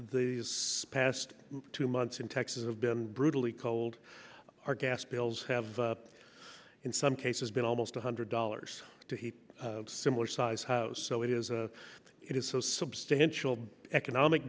these past two months in texas have been brutally cold our gas bills have in some cases been almost one hundred dollars to heat a similar size house so it is a it is so substantial economic